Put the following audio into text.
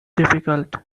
difficult